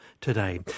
today